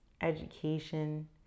education